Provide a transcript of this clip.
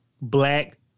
black